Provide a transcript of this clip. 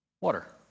water